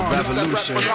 Revolution